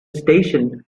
station